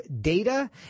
data